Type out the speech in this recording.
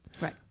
right